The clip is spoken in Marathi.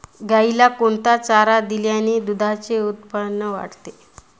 गाईला कोणता चारा दिल्याने दुधाचे उत्पन्न वाढते?